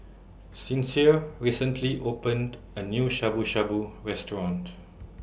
Sincere recently opened A New ShabuShabu Restaurant